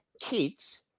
kids